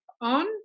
on